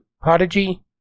Prodigy